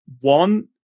one